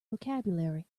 vocabulary